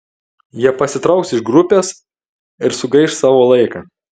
jie pasitrauks iš grupės ir sugaiš savo laiką